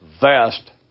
vast